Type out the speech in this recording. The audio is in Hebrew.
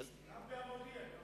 גם ב"המודיע".